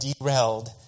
derailed